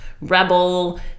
rebel